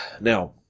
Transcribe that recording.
Now